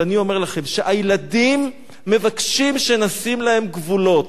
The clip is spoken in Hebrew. ואני אומר לכם שהילדים מבקשים שנשים להם גבולות,